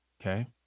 okay